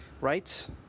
rights